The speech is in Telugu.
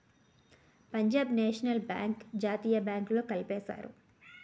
పంజాబ్ నేషనల్ బ్యాంక్ జాతీయ బ్యాంకుల్లో కలిపేశారు